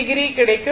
5o கிடைக்கும்